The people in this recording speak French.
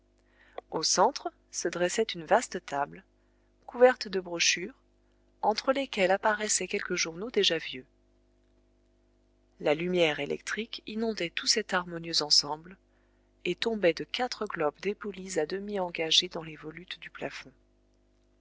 au centre se dressait une vaste table couverte de brochures entre lesquelles apparaissaient quelques journaux déjà vieux la lumière électrique inondait tout cet harmonieux ensemble et tombait de quatre globes dépolis à demi engagés dans les volutes du plafond